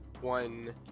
one